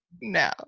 No